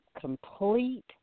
complete